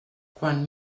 quan